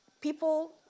people